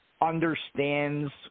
understands